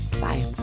Bye